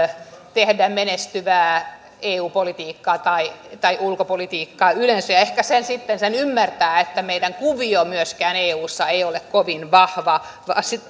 tehdä menestyvää eu politiikkaa tai tai ulkopolitiikkaa yleensä ehkä sen sitten ymmärtää että meidän kuviomme myöskään eussa ei ole kovin vahva